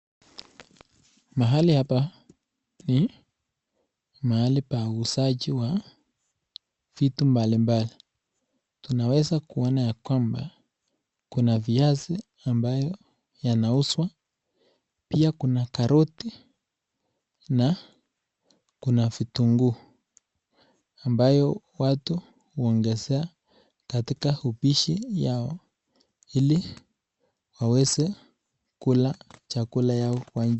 Mahali hapa ni mahali pa uuzaji wa vitu mbali mbali tunaweza kuona ya kwamba kuna viazi ambayo yanauzwa pia kuna karoti na kuna vitunguu ambayo watu huongeza katika upishi yao ili waweze kukula chakula yao kwa,,,